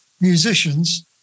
musicians